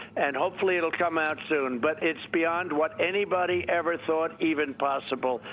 and hopefully, it'll come out soon. but it's beyond what anybody ever thought even possible,